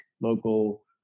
local